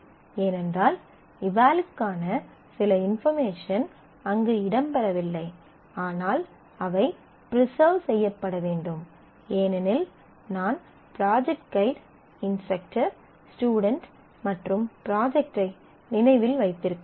ஏனென்றால் எவல்க்கான சில இன்பார்மேஷன் அங்கு இடம்பெறவில்லை ஆனால் அவை ப்ரிசெர்வ் செய்யப்பட வேண்டும் ஏனெனில் நான் ப்ராஜெக்ட் ஃகைட் இன்ஸ்ட்ரக்டர் ஸ்டுடென்ட் மற்றும் ப்ராஜெக்ட்டை நினைவில் வைத்திருக்க வேண்டும்